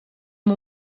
amb